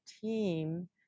team